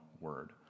word